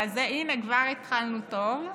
אז הינה, כבר התחלנו טוב.